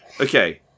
Okay